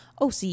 OC